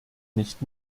nicht